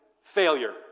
failure